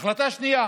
ההחלטה השנייה